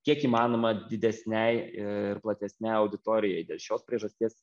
kiek įmanoma didesnei ir platesnei auditorijai dėl šios priežasties